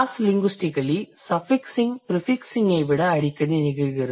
Crosslinguistically suffixing prefixing ஐ விட அடிக்கடி நிகழ்கிறது